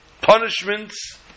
punishments